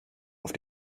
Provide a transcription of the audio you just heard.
auf